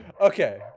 Okay